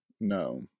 no